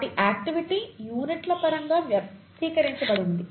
వాటి ఆక్టివిటీ యూనిట్ల పరంగా వ్యక్తీకరించబడింది